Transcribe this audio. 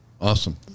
Awesome